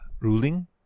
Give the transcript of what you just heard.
ruling